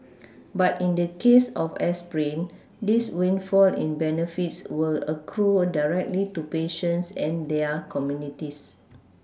but in the case of aspirin this windfall in benefits will accrue directly to patients and their communities